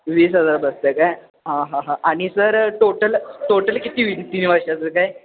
वीस हजार बस ते काय हां हां हां आणि सर टोटल टोटल किती वी तीन वर्षाचं काय